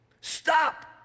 Stop